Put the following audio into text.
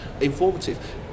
informative